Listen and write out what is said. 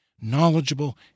knowledgeable